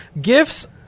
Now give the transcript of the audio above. Gifts